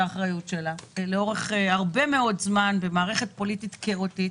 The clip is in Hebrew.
זה לאורך הרבה מאוד זמן במערכת פוליטית כאוטית.